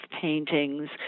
paintings